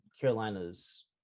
Carolina's